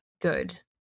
good